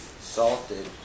salted